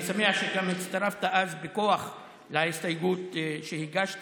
אני שמח שגם הצטרפת אז בכוח להסתייגות שהגשתי.